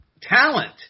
talent